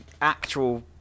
actual